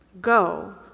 Go